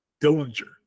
Dillinger